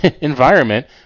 environment